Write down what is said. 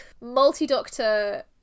multi-doctor